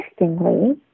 interestingly